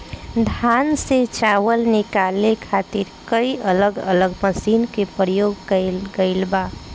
धान से चावल निकाले खातिर कई अलग अलग मशीन के प्रयोग कईल गईल बा